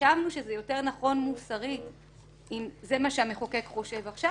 חשבנו שזה יותר נכון מוסרית אם זה מה שהמחוקק חושב עכשיו.